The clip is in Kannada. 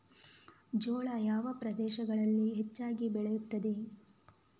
ಜೋಳ ಯಾವ ಪ್ರದೇಶಗಳಲ್ಲಿ ಹೆಚ್ಚಾಗಿ ಬೆಳೆಯುತ್ತದೆ?